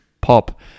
pop